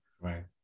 right